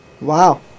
Wow